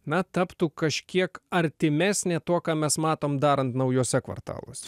na taptų kažkiek artimesnė tuo ką mes matom darant naujuose kvartaluose